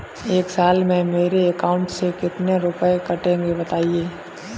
एक साल में मेरे अकाउंट से कितने रुपये कटेंगे बताएँ?